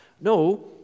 No